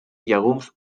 llegums